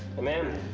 amen.